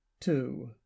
two